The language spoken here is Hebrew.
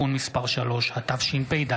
היום יום שני כ"ה בסיוון התשפ"ד,